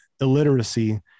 illiteracy